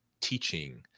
teaching